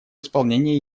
исполнении